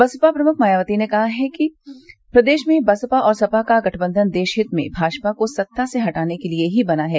बसपा प्रमुख मायावती ने कहा है कि प्रदेश में बसपा और सपा का गठबंधन देशहित में भाजपा को सत्ता से हटाने के लिए ही बना है